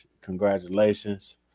Congratulations